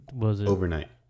overnight